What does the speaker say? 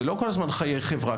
זה לא כל הזמן חיי חברה,